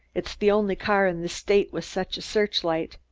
it's the only car in the state with such a search-light.